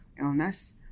illness